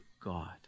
God